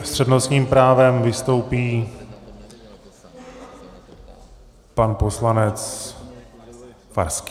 S přednostním právem vystoupí pan poslanec Farský.